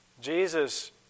Jesus